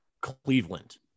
Cleveland